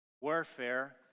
warfare